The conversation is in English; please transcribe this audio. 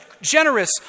generous